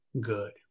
good